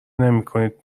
نمیکنید